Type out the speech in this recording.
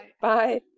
Bye